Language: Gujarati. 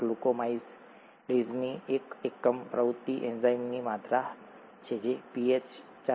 ગ્લુકોઆમિલેઝની એક એકમ પ્રવૃત્તિ એન્ઝાઇમની માત્રા છે જે પીએચ ૪